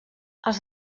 els